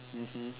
mmhmm